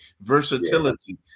versatility